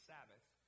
Sabbath